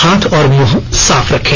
हाथ और मुंह साफ रखें